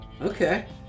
Okay